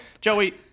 Joey